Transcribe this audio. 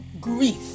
grief